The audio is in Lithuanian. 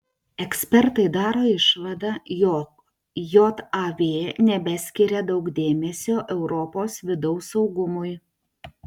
ekspertai daro išvadą jog jav nebeskiria daug dėmesio europos vidaus saugumui